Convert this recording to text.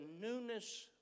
newness